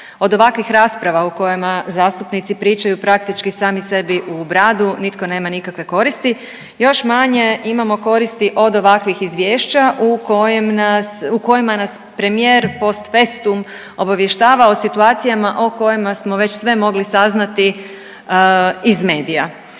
Od ovakvih rasprava u kojima zastupnici pričaju praktički sami sebi u bradu nitko nema nikakve koristi, još manje imamo koristi od ovakvih izvješća u kojim nas, u kojima nas premijer post festum obavještava o situacijama o kojima smo već sve mogli saznati iz medija.